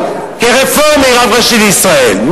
רפורמי, רב ראשי לישראל?